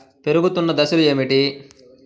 పెరుగుతున్న దశలు ఏమిటి?